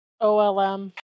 OLM